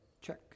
check